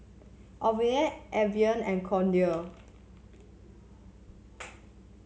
Ocuvite Avene and Kordel's